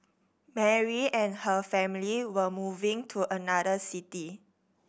Mary and her family were moving to another city